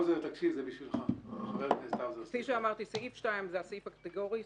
האוזר כפי שאמרתי, סעיף 2 הוא הסעיף הקטגורי.